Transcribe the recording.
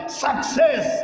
success